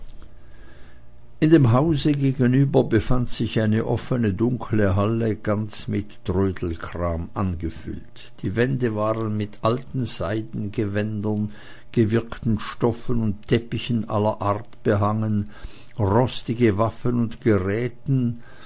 in dem hause gegenüber befand sich eine offene dunkle halle ganz mit trödelkram angefüllt die wände waren mit alten seidengewändern gewirkten stoffen und teppichen aller art behangen rostige waffen und gerätschaften